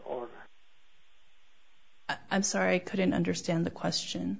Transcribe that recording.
or i'm sorry couldn't understand the question